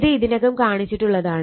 ഇത് ഇതിനകം കാണിച്ചിട്ടുള്ളതാണ്